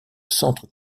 centre